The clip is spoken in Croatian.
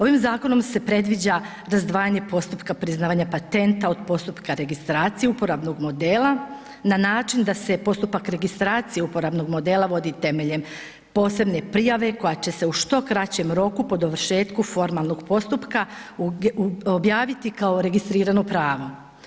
Ovim zakonom se predviđa razdvajanje postupka priznavanja patenta od postupka registracije uporabnog modela na način da se postupak registracije uporabnog modela vodi temeljem posebne prijave koja će se u što kraćem roku po dovršetku formalnog postupka objaviti kao registrirano pravo.